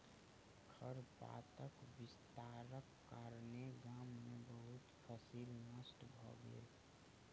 खरपातक विस्तारक कारणेँ गाम में बहुत फसील नष्ट भ गेल